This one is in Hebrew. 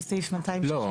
על סעיף 266(ה).